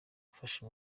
afasha